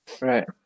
Right